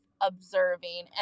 observing